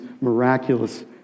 miraculous